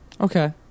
Okay